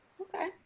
Okay